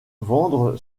vendre